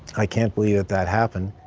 i can't believe that that happened.